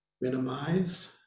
minimized